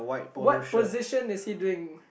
what position is he doing